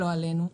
לא עלינו,